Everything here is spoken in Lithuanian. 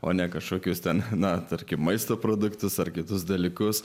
o ne kažkokius ten na tarkim maisto produktus ar kitus dalykus